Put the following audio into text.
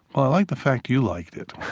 i liked the fact you liked it.